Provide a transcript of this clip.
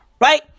Right